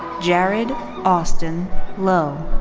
jared austin low.